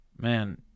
man